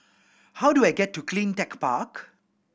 how do I get to Cleantech Park